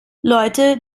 leute